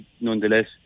nonetheless